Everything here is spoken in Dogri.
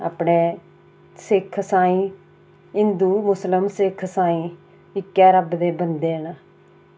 अपने सिक्ख ईसाइ इक्कै रब दे बंदे न